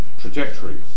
trajectories